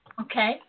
okay